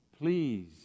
Please